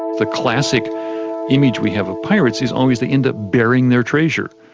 the classic image we have of pirates is always they end up burying their treasure.